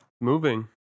Moving